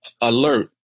alert